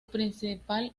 principal